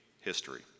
history